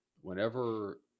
whenever